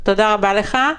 תודה רבה לך.